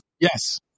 Yes